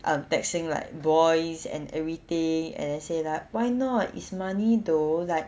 um texting like boys and everything and then say like why not it's money though like